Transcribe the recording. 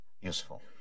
useful